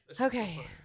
Okay